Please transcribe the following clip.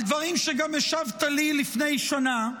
על דברים שגם השבת לי לפני שנה,